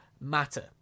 matter